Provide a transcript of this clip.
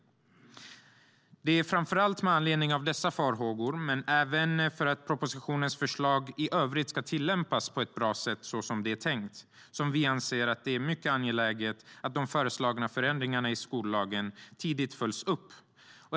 Det är framför allt med anledning av dessa farhågor, men även för att propositionens förslag i övrigt ska tillämpas på det sätt som det är tänkt, som vi anser att det är mycket angeläget att de föreslagna förändringarna i skollagen tidigt följs upp.